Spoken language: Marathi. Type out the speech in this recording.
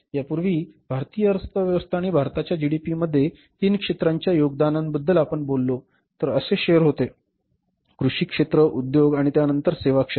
यापूर्वी भारतातील अर्थव्यवस्था आणि भारताच्या जीडीपीमध्ये तीन क्षेत्रांच्या योगदानाबद्दल आपण बोललो तर असे शेअर होते कृषी क्षेत्र उद्योग आणि त्यानंतर सेवा क्षेत्र